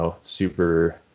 super